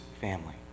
family